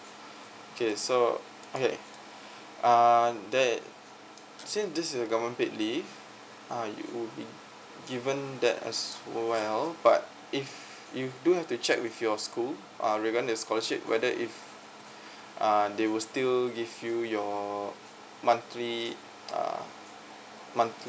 okay so okay uh that is since this is a government paid leave uh you will be given that as well but if you do have to check with your school uh regarding the scholarship whether if uh they will still give you your monthly uh monthly